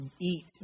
eat